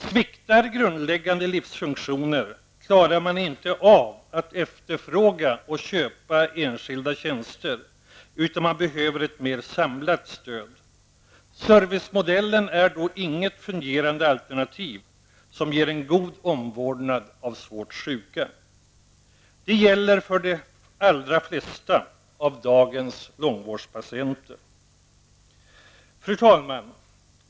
Sviktar grundläggande livsfunktioner klarar man inte av att efterfråga och köpa enskilda tjänster, utan man behöver ett mer samlat stöd. Servicemodellen är då inget fungerande alternativ som ger en god omvårdnad av svårt sjuka. Det gäller för de allra flesta av dagens långvårdspatienter. Fru talman!